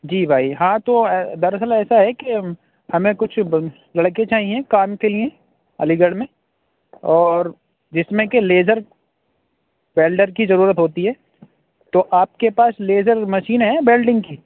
جی بھائی ہاں تو دراصل ایسا ہے کہ ہمیں کچھ لڑکے چاہئیں کام کے لیے علی گڑھ میں اور جس میں کہ لیزر ویلڈر کی ضرورت ہوتی ہے تو آپ کے پاس لیزر مشین ہیں بیلڈنگ کی